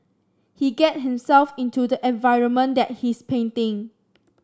he get himself into the environment that he's painting